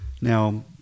Now